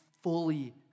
fully